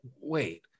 Wait